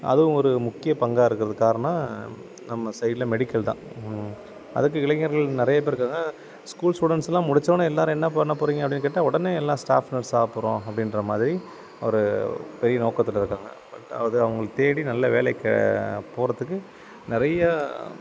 அதுவும் ஒரு முக்கிய பங்காக இருக்கிறதுக்கு காரணம் நம்ம சைடில் மெடிக்கல் தான் அதுக்கு இளைஞர்கள் நிறைய பேர் இருக்காங்க ஸ்கூல் ஸ்டுடெண்ட்ஸ்லாம் முடித்த ஒடனே எல்லோரும் என்ன பண்ண போகறீங்க அப்படின்னு கேட்டால் உடனே எல்லாம் ஸ்டாஃப் நர்ஸ் ஆகப்போகிறோம் அப்படின்ற மாதிரி ஒரு பெரிய நோக்கத்தோடு இருக்காங்க அது அவங்களுக்கு தேடி வேலைக்கு போகிறதுக்கு நிறையா